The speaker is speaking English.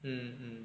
mm mm mm